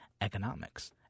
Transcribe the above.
economics